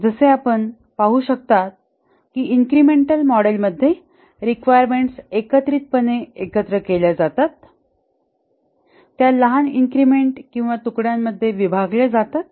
जसे आपण पाहू शकता की इन्क्रिमेंटल मॉडेल मध्ये रिक्वायरमेंट्स एकत्रितपणे एकत्र केल्या जातात त्या लहान इन्क्रिमेंट किंवा तुकड्यांमध्ये विभागल्या जातात